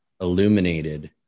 illuminated